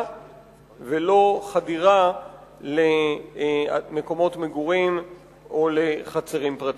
ולא חדירה למקומות מגורים או לחצרים פרטיים.